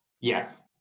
Yes